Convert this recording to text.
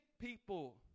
people